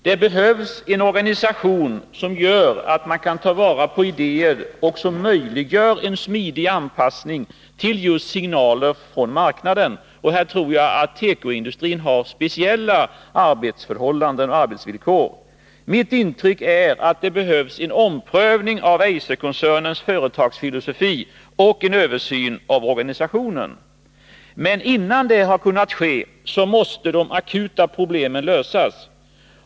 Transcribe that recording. Det behövs en organisation som gör att man kan ta vara på idéer och som möjliggör en smidig anpassning till just signaler från marknaden. Här tror jag att tekoindustrin har speciella arbetsförhållanden och arbetsvillkor. Mitt intryck är att det behövs en omprövning av Eiserkoncernens företagsfilosofi och en översyn av organisationen. Men innan det har kunnat ske, så måste de akuta problemen lösas.